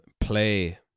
play